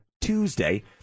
Tuesday